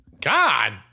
God